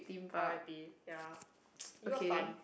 R_I_P ya you were fun